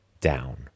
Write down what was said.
down